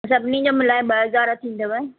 सभिनी जो मिलाए ॿ हज़ार थींदव